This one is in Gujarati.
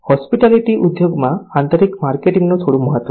હોસ્પિટાલિટી ઉદ્યોગમાં આંતરિક માર્કેટિંગનું થોડું મહત્વ છે